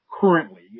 currently